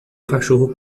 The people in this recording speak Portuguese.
cachorro